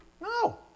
No